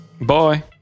Bye